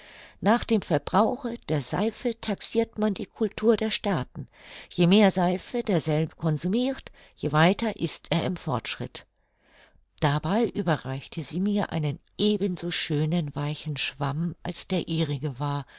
nach dem verbrauche der seife taxirt man die cultur der staaten je mehr seife derselbe consumirt je weiter ist er im fortschritt dabei überreichte sie mir einen ebenso schönen weichen schwamm als der ihrige war